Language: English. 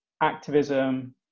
activism